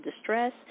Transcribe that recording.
distress